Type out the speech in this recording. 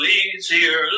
easier